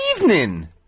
evening